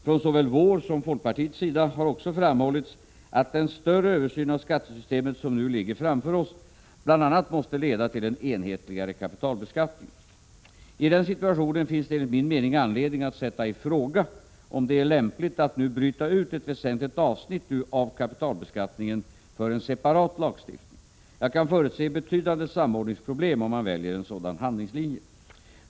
Från såväl vår sida som folkpartiets har också framhållits att den större översyn av skattesystemet som nu ligger framför oss bl.a. måste leda till en enhetligare kapitalbeskattning. I den situationen finns det enligt min mening anledning att sätta i fråga om det är lämpligt att nu bryta ut ett väsentligt avsnitt av kapitalbeskattningen för en separat lagstiftning. Jag kan förutse betydande samordningsproblem om man väljer en sådan handlingslinje.